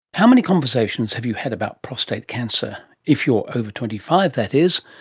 how many conversations have you had about prostate cancer if you're over twenty five, that is?